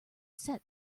set